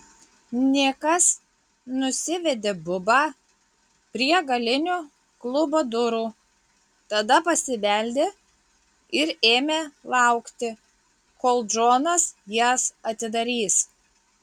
nikas nusivedė bubą prie galinių klubo durų tada pasibeldė ir ėmė laukti kol džonas jas atidarys